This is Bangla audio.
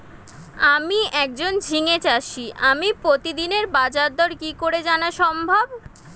আমি একজন ঝিঙে চাষী আমি প্রতিদিনের বাজারদর কি করে জানা সম্ভব?